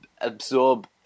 absorb